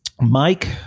Mike